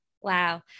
Wow